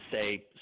say